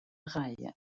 reihe